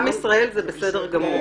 עם ישראל זה מצוין.